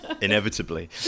Inevitably